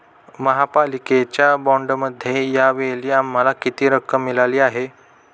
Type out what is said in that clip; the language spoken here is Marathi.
महापालिकेच्या बाँडमध्ये या वेळी आम्हाला किती रक्कम मिळाली आहे?